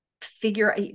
figure